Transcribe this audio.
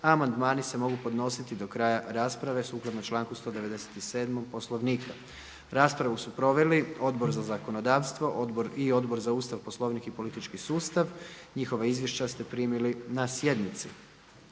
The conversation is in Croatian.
amandmani se mogu podnositi do kraja rasprave sukladno članku 197. Poslovnika. Raspravu su proveli Odbor za zakonodavstvo i Odbor za Ustav, Poslovnik i politički sustav. Njihova izvješća ste primili na sjednici.